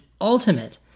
ultimate